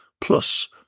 Plus